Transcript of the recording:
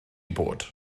bod